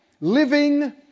living